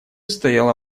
стояла